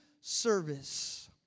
service